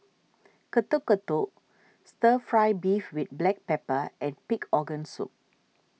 Getuk Getuk Stir Fry Beef with Black Pepper and Pig Organ Soup